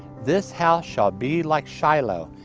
this house shall be like shiloh,